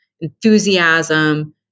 enthusiasm